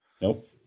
Nope